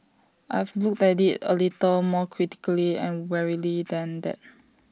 I've looked at IT A little more critically and warily than that